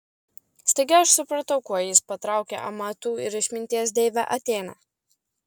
staiga aš supratau kuo jis patraukė amatų ir išminties deivę atėnę